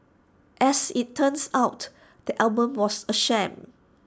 as IT turns out the album was A sham